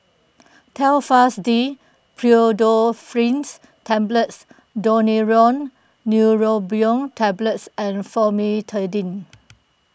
Telfast D Pseudoephrine Tablets Daneuron Neurobion Tablets and Famotidine